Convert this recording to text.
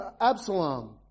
Absalom